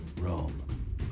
Rome